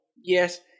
Yes